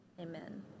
amen